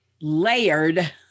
layered